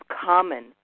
common